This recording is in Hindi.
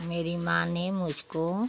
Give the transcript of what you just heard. मेरी माँ ने मुझको